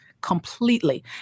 completely